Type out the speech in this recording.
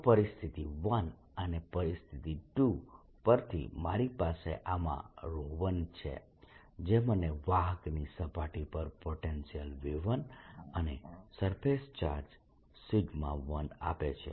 તો પરિસ્થિતિ 1 અને પરિસ્થિતિ 2 પરથી મારી પાસે આમાં 1 છે જે મને વાહકની સપાટી પર પોટેન્શિયલ V1 અને સરફેસ ચાર્જ 1 આપે છે